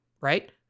Right